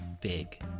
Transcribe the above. big